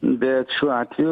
bet šiuo atveju